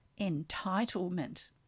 entitlement